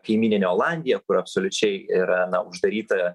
kaimyninė olandija kur absoliučiai yra uždaryta